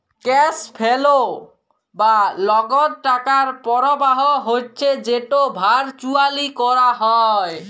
cash flow বা লগদ টাকার পরবাহ হচ্যে যেট ভারচুয়ালি ক্যরা হ্যয়